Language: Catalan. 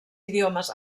idiomes